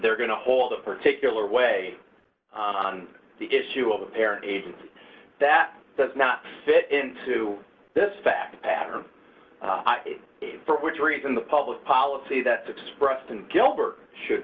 they're going to hold a particular way on the issue of apparent age and that does not fit into this fact pattern for which reason the public policy that's expressed and gilbert should